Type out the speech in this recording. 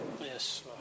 Yes